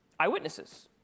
eyewitnesses